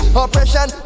oppression